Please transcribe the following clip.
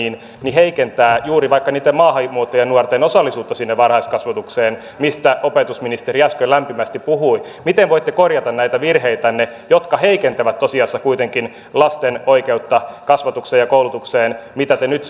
heikentää vaikka juuri maahanmuuttajanuorten osallisuutta siihen varhaiskasvatukseen mistä opetusministeri äsken lämpimästi puhui miten voitte korjata näitä virheitänne jotka heikentävät tosiasiassa kuitenkin lasten oikeutta kasvatukseen ja koulutukseen mistä te nyt